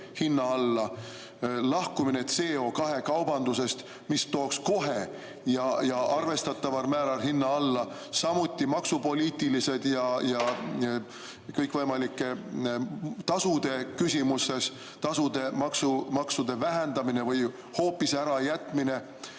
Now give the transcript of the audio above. hinna alla, teemat "Lahkumine CO2kaubandusest", mis tooks kohe ja arvestataval määral hinna alla, samuti maksupoliitilisi ja kõikvõimalike tasude küsimusi, tasude-maksude vähendamist või hoopis ärajätmist.